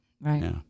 right